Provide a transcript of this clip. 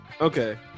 okay